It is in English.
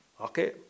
Okay